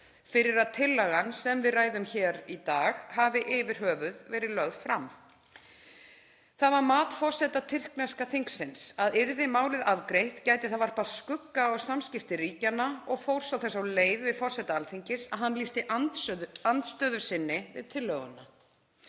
fyrir að tillagan sem við ræðum hér í dag hafi yfir höfuð verið lögð fram. Það var mat forseta tyrkneska þingsins að yrði málið afgreitt gæti það varpað skugga á samskipti ríkjanna og fór þess á leit við forseta Alþingis að hann lýsti andstöðu sinni við tillöguna.